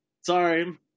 sorry